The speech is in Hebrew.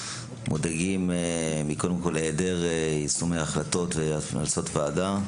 מודאגים קודם כל מהיעדר יישומי החלטות והמלצות ועדה.